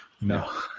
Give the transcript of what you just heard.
No